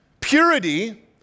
Purity